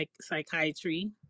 psychiatry